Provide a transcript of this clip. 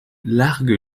largue